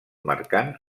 marcant